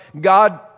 God